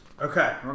Okay